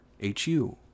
H-U